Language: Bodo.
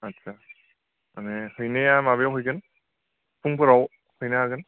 आस्सा माने हैनाया माबायाव हैगोन फुंफोराव हैनो हागोन